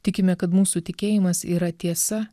tikime kad mūsų tikėjimas yra tiesa